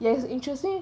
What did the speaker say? yes interesting